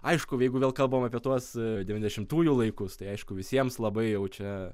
aišku jeigu vėl kalbam apie tuos devyniasdešimtųjų laikus tai aišku visiems labai jau čia